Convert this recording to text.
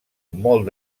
molt